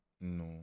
No